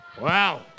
Wow